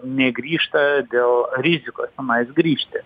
negrįžta dėl rizikos tenais grįžti